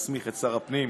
מסמיך את שר הפנים,